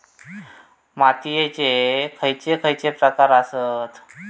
मातीयेचे खैचे खैचे प्रकार आसत?